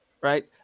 right